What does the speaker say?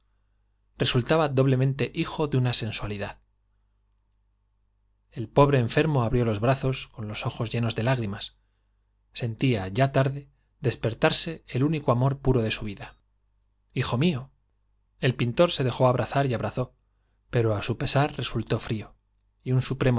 resultaba doblemente de la hijo sensua lidad el pobre enfermo abrió los brazos los con ojos llenos de lágrimas sentía ya tarde despertarse el único amor puro de su vida i hijo mío exclamó el pintor se dejó abrazar y abrazó pero á su pesar resultó frío y un supremo